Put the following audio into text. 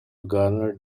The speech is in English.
garnered